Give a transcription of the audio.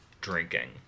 drinking